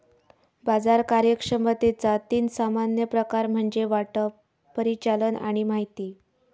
बाजार कार्यक्षमतेचा तीन सामान्य प्रकार म्हणजे वाटप, परिचालन आणि माहिती